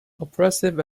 oppressive